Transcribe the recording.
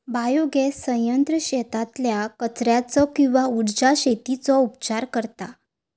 biogas संयंत्र शेतातल्या कचर्याचो किंवा उर्जा शेतीचो उपचार करता